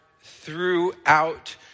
throughout